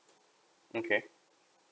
okay